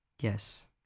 Yes